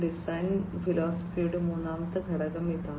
design ഫിലോസഫിയുടെ മൂന്നാമത്തെ ഘടകം ഇതാണ്